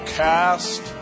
cast